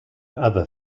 other